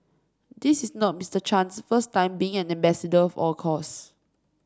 this is not Mister Chan's first time being an ambassador for a cause